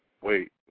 wait